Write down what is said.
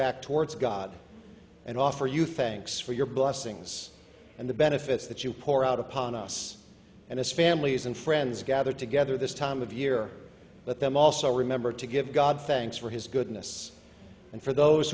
back towards god and offer you thanks for your blessings and the benefits that you pour out upon us and as families and friends gather together this time of year with them also remember to give god thanks for his goodness and for those